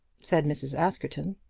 said mrs. askerton.